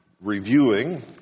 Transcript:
reviewing